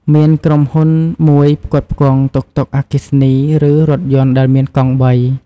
មានក្រុមហ៊ុនមួយផ្គត់ផ្គង់ តុកតុក អគ្គិសនី ឬរថយន្តដែលមានកង់បី។